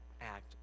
act